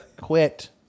Quit